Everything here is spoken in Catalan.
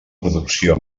producció